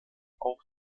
auch